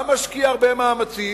גם משקיעים הרבה מאמצים,